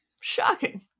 Shocking